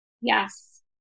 Yes